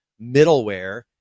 middleware